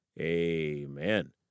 amen